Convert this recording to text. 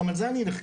גם על זה אני נחקר,